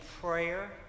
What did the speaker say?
prayer